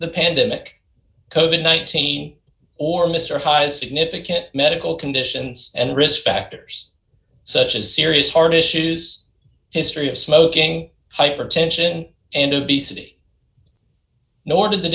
the pandemic code nineteen or mr hise significant medical conditions and risk factors such as serious heart issues history of smoking hypertension and obesity nor did the